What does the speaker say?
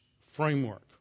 framework